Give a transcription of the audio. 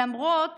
למרות